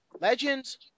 Legends